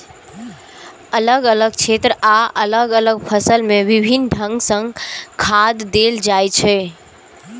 अलग अलग क्षेत्र आ अलग अलग फसल मे विभिन्न ढंग सं खाद देल जाइ छै